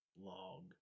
Log